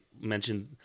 mentioned